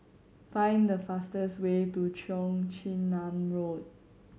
find the fastest way to Cheong Chin Nam Road